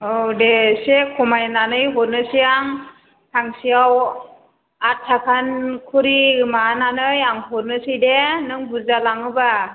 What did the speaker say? औ दे इसे खमायनानै हरनोसै आं फांसेयाव आदथाखानि खरि माबानानै आं हरनोसै दे नों बुरजा लाङोबा